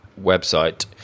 website